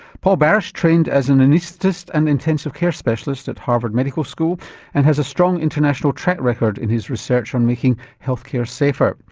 paul barach trained as an anaesthetist and intensive care specialist at harvard medical school and has a strong international track record in his research on making health care safer.